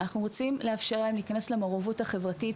אנחנו רוצים לאפשר להם למעורבות חברתית,